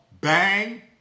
bang